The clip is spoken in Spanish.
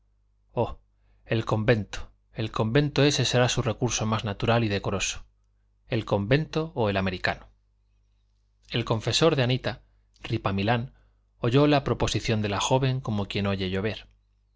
oh el convento el convento ese era su recurso más natural y decoroso el convento o el americano el confesor de anita ripamilán oyó la proposición de la joven como quien oye llover